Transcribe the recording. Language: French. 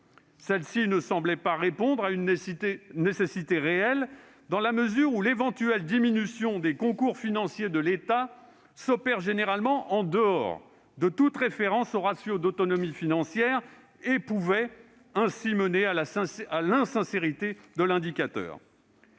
Celle-ci ne semblait pas répondre à une nécessité réelle, dans la mesure où l'éventuelle diminution des concours financiers de l'État s'opère généralement en dehors de toute référence au ratio d'autonomie financière et pouvait ainsi mener à l'insincérité de l'indicateur.